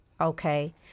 okay